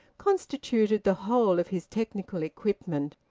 constituted the whole of his technical equipment.